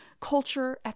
culture